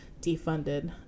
defunded